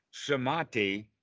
samati